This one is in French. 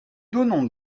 donnons